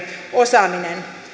osaaminen